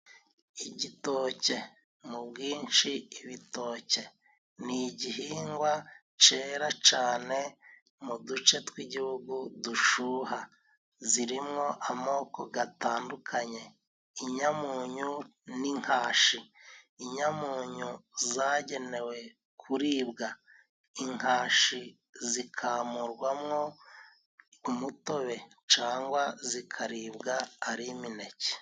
Igitoke mu bwinshi ibitoke, ni igihingwa cera cane mu duce tw'igihugu dushuha, zirimwo amoko gatandukanye inyamunyo n'inkashi. Inyamunyo zagenewe kuribwa, inkashi zikamurwamwo umutobe cangwa zikaribwa ari imineke.